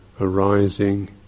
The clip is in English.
arising